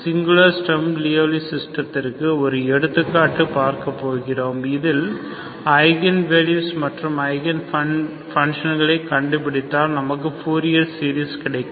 சின்குலர் Sturm Liouville சிஸ்டத்திர்க்கு ஒரு எடுத்துக்காட்டு பார்க்க போகிறோம் அதில் ஐகன் வேல்யூஸ் மற்றும் ஐகன் பங்ஷங்களை கண்டுபிடித்தால் நமக்கு பூரியர் சீரிஸ் கிடைக்கும்